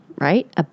right